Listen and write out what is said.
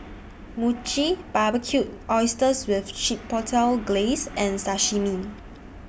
Mochi Barbecued Oysters with Chipotle Glaze and Sashimi